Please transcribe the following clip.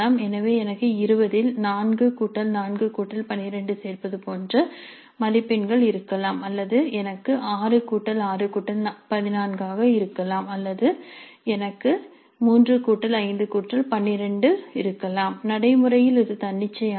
எனவே எனக்கு 20 இல் 4 4 12 சேர்ப்பது போன்ற மதிப்பெண்கள் இருக்கலாம் அல்லது எனக்கு 6 6 14 இருக்கலாம் அல்லது எனக்கு 3 5 12 இருக்கலாம் நடைமுறையில் இது தன்னிச்சையானது